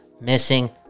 Missing